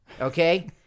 Okay